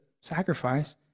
sacrifice